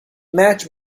match